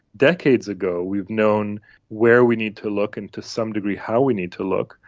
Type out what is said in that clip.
decades ago we have known where we need to look and to some degree how we need to look,